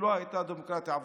שלא הייתה דמוקרטיה עבורנו.